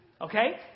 Okay